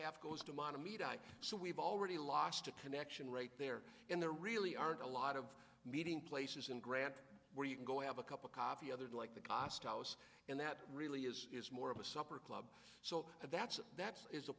half goes to modern media so we've already lost a connection right there and there really aren't a lot of meeting places in grant where you can go i have a cup of coffee others like the cost and that really is is more of a supper club so that's that's is